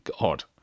god